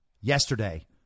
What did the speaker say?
yesterday